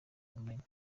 ubumenyi